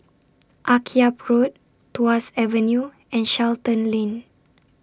Akyab Road Tuas Avenue and Charlton Lane